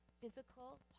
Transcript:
physical